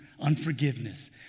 Unforgiveness